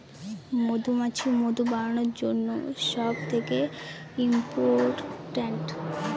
মধুমাছি মধু বানানোর জন্য সব থেকে ইম্পোরট্যান্ট